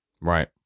right